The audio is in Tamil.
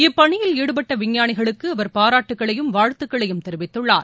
இப்பணியில் ஈடுபட்ட விஞ்ஞானிகளுக்கு அவர் பாராட்டுகளையும் வாழ்த்துகளையும் தெரிவித்துள்ளார்